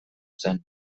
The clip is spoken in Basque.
zen